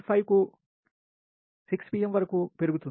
5కు 6 pm వరకు పెరుగుతోంది